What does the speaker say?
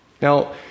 Now